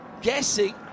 guessing